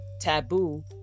taboo